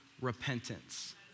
repentance